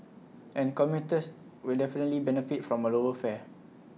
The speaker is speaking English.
and commuters will definitely benefit from A lower fare